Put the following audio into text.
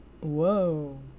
Whoa